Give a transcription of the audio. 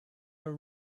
were